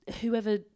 whoever